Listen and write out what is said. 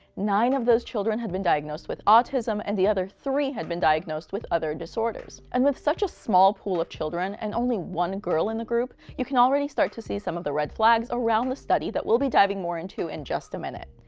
nine of those children had been diagnosed with autism, and the other three had been diagnosed with other disorders. and with such a small pool of children, and only one girl in the group, you can already start to see some of the red flags around the study that we'll be diving more into in just a minute.